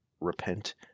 repent